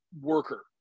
worker